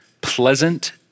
pleasant